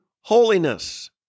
holiness